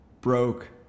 broke